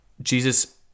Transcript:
Jesus